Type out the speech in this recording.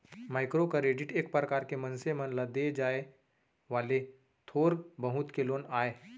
micro credit एक परकार के मनसे मन ल देय जाय वाले थोर बहुत के लोन आय